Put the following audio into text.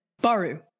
Baru